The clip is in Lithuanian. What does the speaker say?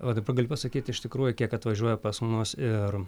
va dabar galiu pasakyt iš tikrųjų kiek atvažiuoja pas mus ir